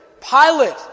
Pilate